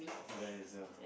might as well